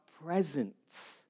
presence